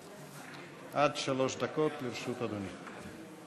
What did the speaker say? עד שלוש דקות לרשות אדוני.